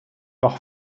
par